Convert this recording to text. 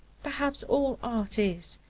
perhaps all art is,